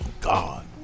God